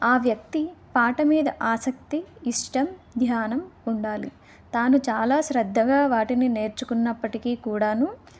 ఆ వ్యక్తి పాట మీద ఆసక్తి ఇష్టం ధ్యానం ఉండాలి తాను చాలా శ్రద్ధగా వాటిని నేర్చుకున్నప్పటికీ కూడాను